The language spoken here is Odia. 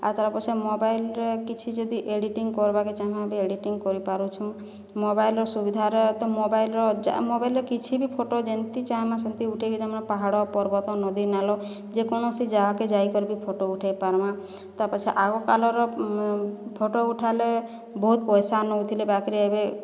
ଆଉ ତା'ର ପଛେ ମୋବାଇଲରେ କିଛି ଯଦି ଏଡ଼ିଟିଂ କର୍ବାକେ ଚାହିଁବା ବି ଏଡ଼ିଟିଂ କରିପାରୁଛୁଁ ମୋବାଇଲର ସୁବିଧାର ତ ମୋବାଇଲର ମୋବାଇଲରେ କିଛି ବି ଫଟୋ ଯେମିତି ଚାହିଁମା ସେମିତି ଉଠାଇକି ତୁମର ପାହାଡ଼ ପର୍ବତ ନଦୀ ନାଲ ଯେକୌଣସି ଜାଗାକେ ଯାଇ କରିକି ଫଟୋ ଉଠାଇ ପାର୍ମା ତା ପଛେ ଆଗ କାଲରେ ଫଟୋ ଉଠାଲେ ବହୁତ ପଇସା ନଉଥିଲେ ବାକିରେ ଏବେ